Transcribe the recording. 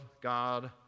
God